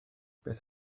beth